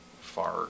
far